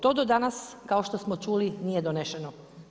To do danas, kao što smo čuli, nije donešeno.